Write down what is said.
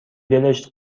دلش